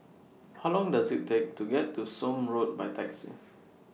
How Long Does IT Take to get to Somme Road By Taxi